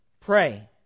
pray